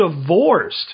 divorced